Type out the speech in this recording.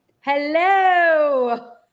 Hello